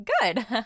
good